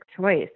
choice